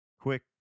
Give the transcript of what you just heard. quick